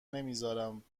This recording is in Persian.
نمیزارم